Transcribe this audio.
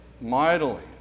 mightily